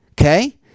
okay